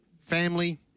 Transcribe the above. Family